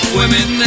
Women